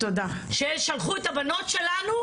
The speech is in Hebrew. ששלחו את הבנות שלנו,